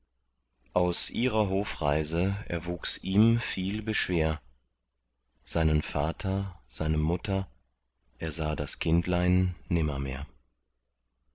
aus ihrer hofreise erwuchs ihm viel beschwer seinen vater seine mutter ersah das kindlein